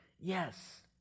Yes